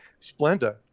splenda